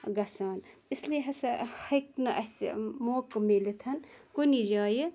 گَژھان اِسلیے ہَسا ہیٚکہِ نہٕ اَسہِ موقع میٖلِتھ کُنہِ جایہِ